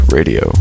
Radio